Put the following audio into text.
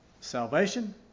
salvation